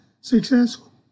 successful